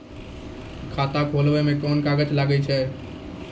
खाता खोलावै मे कोन कोन कागज लागै छै?